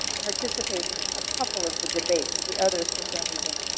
participate in a couple of the debates. the others, for some reason,